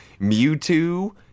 Mewtwo